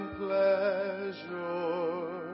pleasure